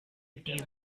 tea